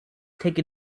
take